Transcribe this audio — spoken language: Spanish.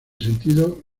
sentido